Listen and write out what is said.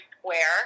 square